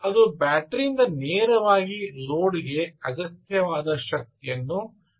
ಅದು ಬ್ಯಾಟರಿಯಿಂದ ನೇರವಾಗಿ ಲೋಡ್ಗೆ ಅಗತ್ಯವಾದ ಶಕ್ತಿಯನ್ನು ತಲುಪಿಸುತ್ತದೆ